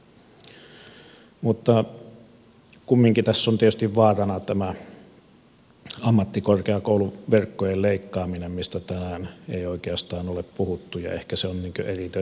mutta kumminkin tässä on tietysti vaarana tämä ammattikorkeakouluverkkojen leikkaaminen mistä tänään ei oikeastaan ole puhuttu ja ehkä se on eriytetty tuosta lakiehdotuksesta